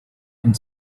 and